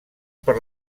per